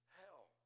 hell